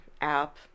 app